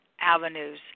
avenues